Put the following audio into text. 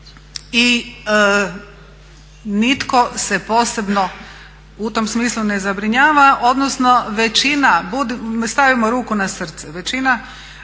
i nitko se posebno u tom smislu ne zabrinjava, odnosno većina stavimo ruku na srce većina